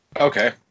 Okay